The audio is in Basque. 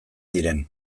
diren